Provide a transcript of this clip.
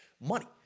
Money